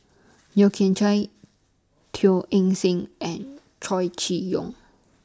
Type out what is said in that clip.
Yeo Kian Chye Teo Eng Seng and Chow Chee Yong